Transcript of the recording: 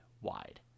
wide